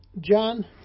John